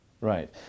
Right